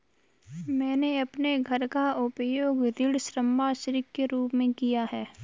मैंने अपने घर का उपयोग ऋण संपार्श्विक के रूप में किया है